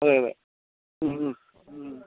അതെ അതെ